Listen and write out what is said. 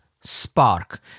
Spark